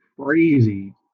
crazy